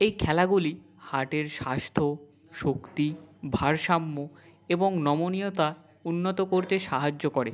এই খেলাগুলি হার্টের স্বাস্থ্য শক্তি ভারসাম্য এবং নমনীয়তা উন্নত করতে সাহায্য করে